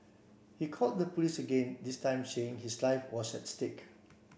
he called the police again this time saying his life was at stake